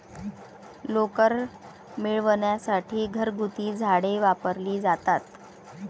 लोकर मिळविण्यासाठी घरगुती झाडे वापरली जातात